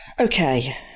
Okay